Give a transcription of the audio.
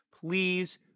please